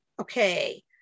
okay